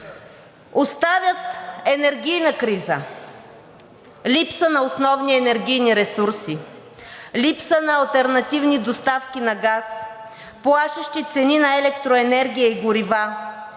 Оставят енергийна криза, липса на основни енергийни ресурси, липса на алтернативни доставки на газ, плашещи цени на електроенергия и горива,